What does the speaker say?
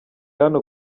hano